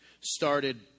started